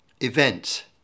event